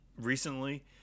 recently